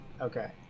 Okay